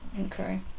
Okay